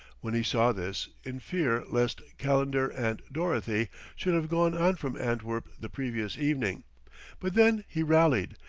when he saw this, in fear lest calendar and dorothy should have gone on from antwerp the previous evening but then he rallied,